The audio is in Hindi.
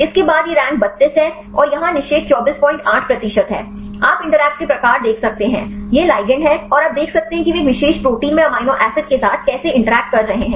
इसके बाद यह रैंक 32 है और यहाँ निषेध 248 प्रतिशत है आप इंटरैक्ट के प्रकार देख सकते हैं यह लिगैंड है और आप देख सकते हैं कि वे एक विशेष प्रोटीन में अमीनो एसिड के साथ कैसे इंटरैक्ट कर रहे हैं